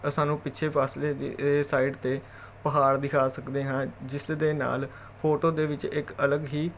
ਸਾਨੂੰ ਪਿੱਛੇ ਵਸਲੇ ਦੇ ਏ ਸਾਈਟ 'ਤੇ ਪਹਾੜ ਦਿਖਾ ਸਕਦੇ ਹਾਂ ਜਿਸ ਦੇ ਨਾਲ ਫੋਟੋ ਦੇ ਵਿੱਚ ਇੱਕ ਅਲੱਗ ਹੀ